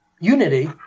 unity